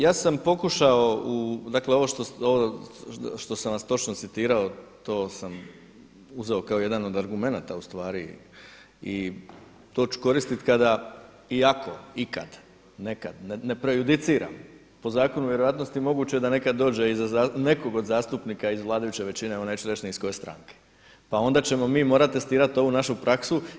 Ja sam pokušao u, dakle ovo što sam vas točno citirao to sam uzeo kao jedan od argumenata u stvari i to ću koristiti kada i ako ikad nekad, ne prejudiciram, po zakonu vjerojatnosti je moguće da nekada dođe i za nekog od zastupnika iz vladajuće većine, evo neću reći ni iz koje stranke pa onda ćemo mi morati testirati ovu našu praksu.